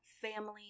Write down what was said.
family